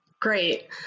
Great